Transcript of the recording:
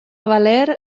valer